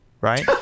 right